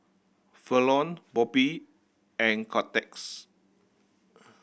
Falon Bobby and Cortez